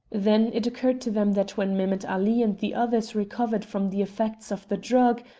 then it occurred to them that when mehemet ali and the others recovered from the effects of the drug,